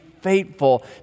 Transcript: faithful